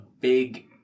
big